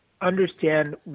understand